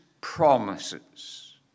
promises